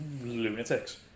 lunatics